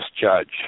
judge